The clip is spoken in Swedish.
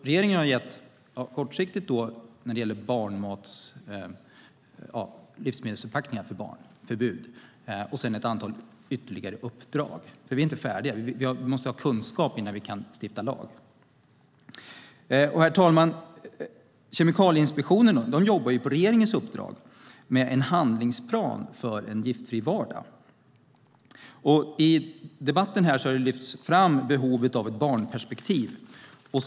Regeringen har alltså kortsiktigt infört förbud mot bisfenol A i livsmedelsförpackningar för barnmat och gett ett antal ytterligare uppdrag. Vi är alltså inte färdiga. Vi måste ha kunskap innan vi kan stifta lag. Herr talman! Kemikalieinspektionen jobbar på regeringens uppdrag med en handlingsplan för en giftfri vardag. I debatten här har behovet av ett barnperspektiv lyfts fram.